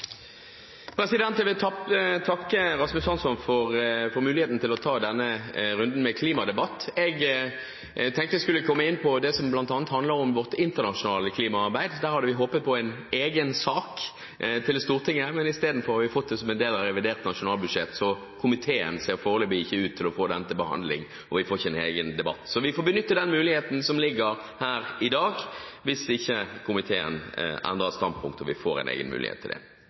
Jeg vil takke Rasmus Hansson for muligheten til å ta denne runden med klimadebatt. Jeg tenkte jeg skulle komme inn på det som bl.a. handler om vårt internasjonale klimaarbeid. Der hadde vi håpet på en egen sak til Stortinget, men i stedet har vi fått det som en del av revidert nasjonalbudsjett. Komiteen ser foreløpig ikke ut til å få dette til behandling, og vi får ikke en egen debatt, så vi får benytte den muligheten som ligger her i dag – hvis ikke komiteen endrer standpunkt og vi får en egen mulighet til det